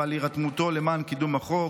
ועל הירתמותו לקידום החוק.